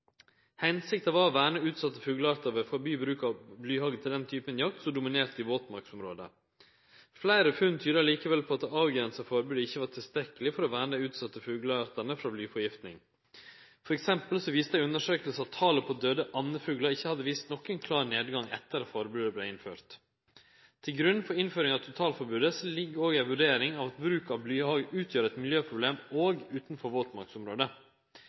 Hensikta var å verne utsette fugleartar ved å forby bruk av blyhagl til den typen jakt som dominerte i våtmarksområde. Fleire funn tydde likevel på at det avgrensa forbodet ikkje var tilstrekkeleg for å verne dei utsette fugleartane frå blyforgifting, f.eks. viste undersøkingar at talet på døde andefuglar ikkje hadde vist nokon klar nedgang etter at forbodet vart innført. Til grunn for innføringa av totalforbodet ligg òg ei vurdering av at bruk av blyhagl utgjer eit miljøproblem også utanfor